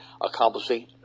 accomplishing